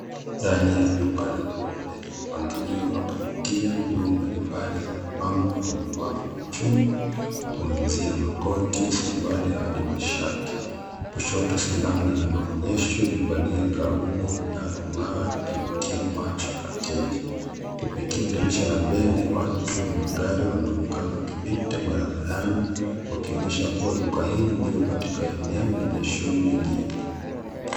Ndani ya duka la nguo lenye mpangilio wa kuvutia. Nguo mbalimbali zimepangwa kwenye wavu wa chuma kuanzia makoti, suruali hadi mashati. Kushoto sanamu ya maonyesho imevalia gauni linalong'aa likivutia macho ya wateja. Kupitia dirisha la mbele, watu na magari wanaonekana wakipita barabarani wakionyesha kuwa duka hili liko katika eneo lenye shughuli ngingi.